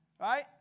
right